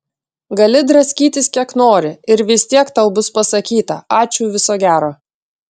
gali draskytis kiek nori ir vis tiek tau bus pasakyta ačiū viso gero